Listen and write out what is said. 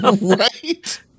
right